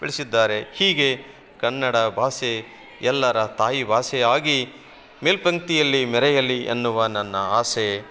ಬೆಳೆಸಿದ್ದಾರೆ ಹೀಗೆ ಕನ್ನಡ ಭಾಷೆ ಎಲ್ಲರ ತಾಯಿ ಭಾಷೆಯಾಗಿ ಮೇಲ್ಪಂಕ್ತಿಯಲ್ಲಿ ಮೆರೆಯಲಿ ಎನ್ನುವ ನನ್ನ ಆಸೆ